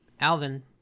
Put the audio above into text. Alvin